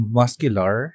muscular